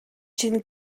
чинь